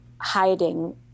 hiding